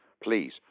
Please